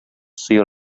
сыер